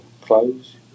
clothes